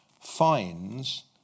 Fines